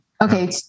Okay